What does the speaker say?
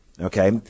okay